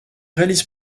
réalise